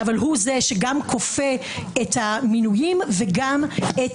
הוא זה שגם כופה את המינויים וגם את